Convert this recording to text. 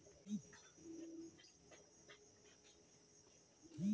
Mahindra tractor কিনবো কি ভাবে?